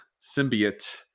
symbiote